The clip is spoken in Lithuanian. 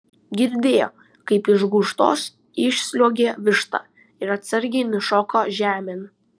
girdėjo kaip iš gūžtos išsliuogė višta ir atsargiai nušoko žemėn